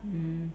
mm